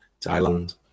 Thailand